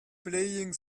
playing